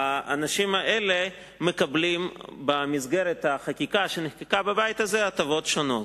האנשים האלה מקבלים במסגרת החקיקה שנחקקה בבית הזה הטבות שונות.